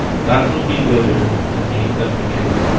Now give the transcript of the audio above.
that will be the but name that we can,